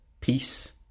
Peace